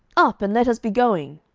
up, and let us be going.